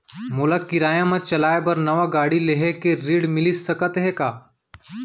मोला किराया मा चलाए बर नवा गाड़ी लेहे के ऋण मिलिस सकत हे का?